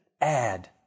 add